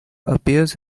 appears